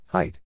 Height